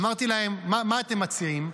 אמרתי להם: מה אתם מציעים?